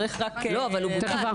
אבל הוא בוטל.